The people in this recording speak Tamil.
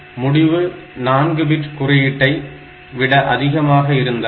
எனவே முடிவு 4 பிட் குறியீட்டை விட அதிகமாக இருந்தால்